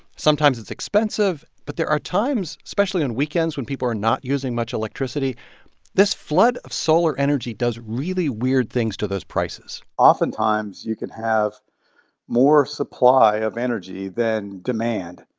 sometimes it's expensive, but there are times especially on weekends when people are not using much electricity this flood of solar energy does really weird things to those prices oftentimes, you can have more supply of energy than demand.